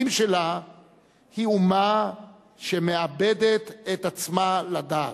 שלה היא אומה שמאבדת את עצמה לדעת,